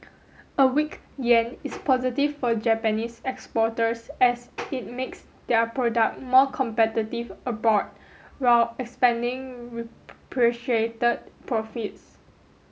a weak yen is positive for Japanese exporters as it makes their product more competitive abroad while expanding profits